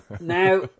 now